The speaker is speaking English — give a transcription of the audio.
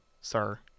sir